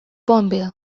bonneville